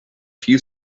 few